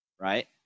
right